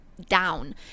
down